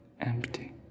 empty